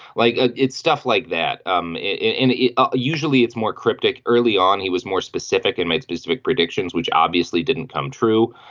like ah it's stuff like that um in it ah usually it's more cryptic. early on he was more specific and made specific predictions which obviously didn't come true.